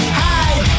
hide